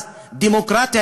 אז דמוקרטיה,